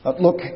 Look